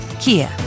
Kia